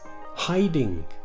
hiding